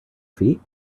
feet